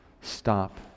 Stop